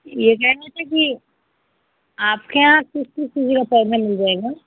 यह कह रहे थे कि आपके यहाँ किस किस चीज़ का पौधा मिल जाएगा